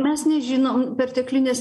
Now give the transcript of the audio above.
mes nežinom perteklinės